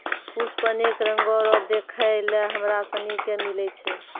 पुष्प अनेक रंगो रो देखै लै हमरा सनी के मिलै छै